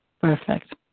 Perfect